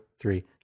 three